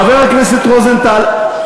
חבר הכנסת רוזנטל,